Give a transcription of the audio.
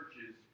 churches